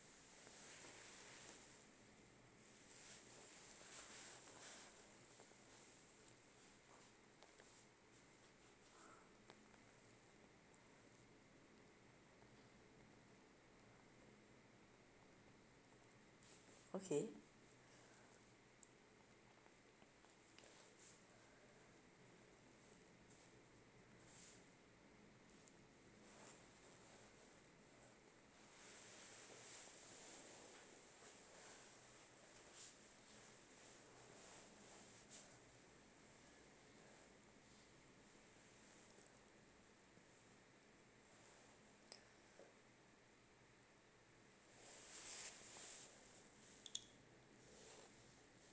okay